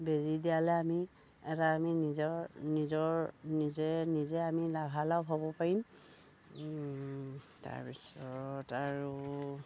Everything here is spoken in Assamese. বেজী দিয়ালে আমি এটা আমি নিজৰ নিজৰ নিজে নিজে আমি লাভালাভ হ'ব পাৰিম তাৰপিছত আৰু